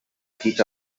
teach